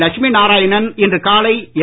லட்சுமி நாராயணன் இன்று காலை என்